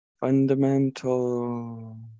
Fundamental